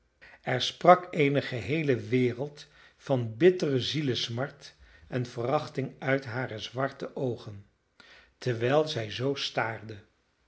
er sprak eene geheele wereld van bittere zielesmart en verachting uit hare zwarte oogen terwijl zij zoo